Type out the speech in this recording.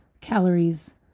calories